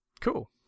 Cool